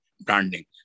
branding